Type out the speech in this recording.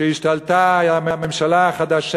שכן השתלטה הממשלה החדשה,